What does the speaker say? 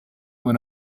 when